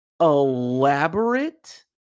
elaborate